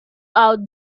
out